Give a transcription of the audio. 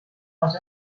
els